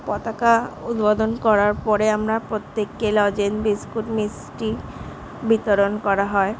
পতাকা উদ্বোধন করার পরে আমরা প্রত্যেককে লজেন্স বিস্কুট মিষ্টি বিতরণ করা হয়